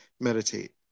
meditate